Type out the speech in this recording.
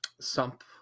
sump